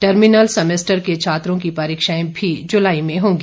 terminal semester के छात्रों की परीक्षाएं भी जुलाई में होंगी